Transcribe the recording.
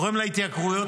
תורם להתייקרויות.